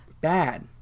bad